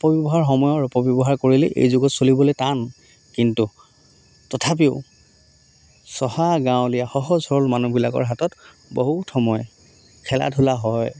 অপব্য়ৱহাৰ সময়ৰ অপব্য়ৱহাৰ কৰিলে এই যুগত চলিবলৈ টান কিন্তু তথাপিও চহা গাঁৱলীয়া সহজ সৰল মানুহবিলাকৰ হাতত বহুত সময় খেলা ধূলা হয়